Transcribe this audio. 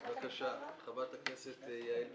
בבקשה, חברת הכנסת יעל כהן-פארן,